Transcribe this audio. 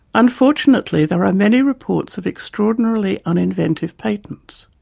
unfortunately there are many reports of extraordinarily uninventive patents.